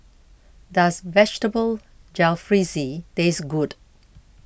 does Vegetable Jalfrezi taste good